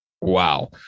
Wow